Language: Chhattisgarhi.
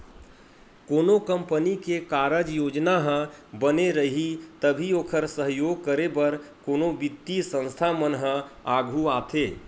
कोनो कंपनी के कारज योजना ह बने रइही तभी ओखर सहयोग करे बर कोनो बित्तीय संस्था मन ह आघू आथे